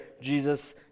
Jesus